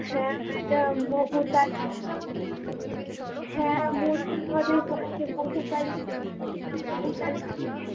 হ্যাঁ ম্যাডাম বহু হ্যাঁ মুর্শিদাবাদেই পড়েছি বহু তালিত যেটা বহু তালিত